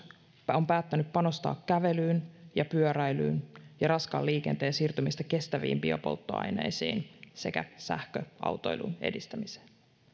on päättänyt panostaa kävelyyn ja pyöräilyyn raskaan liikenteen siirtämiseen kestäviin biopolttoaineisiin sekä sähköautoilun edistämiseen